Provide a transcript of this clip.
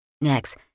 Next